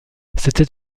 c’était